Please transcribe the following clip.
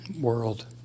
world